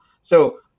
So-